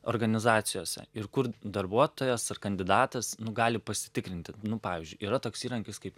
organizacijose ir kur darbuotojas ar kandidatas nu gali pasitikrinti nu pavyzdžiui yra toks įrankis kaip